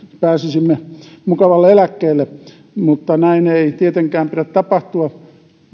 pääsisimme mukavalle eläkkeelle mutta näin ei tietenkään pidä tapahtua